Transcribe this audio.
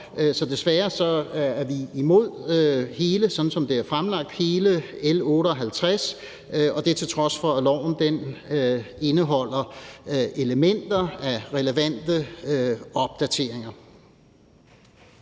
som det er fremlagt, og det er, til trods for at lovforslaget indeholder elementer af relevante opdateringer.